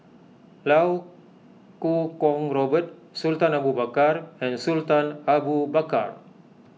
Iau Kuo Kwong Robert Sultan Abu Bakar and Sultan Abu Bakar